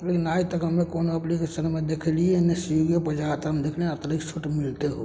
लेकिन आइ तक हमे कोनो एप्लिकेशनमे देखलिए नहि स्विगिएपर जादातर हम देखली अतिरिक्त छूट मिलते हुए